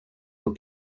für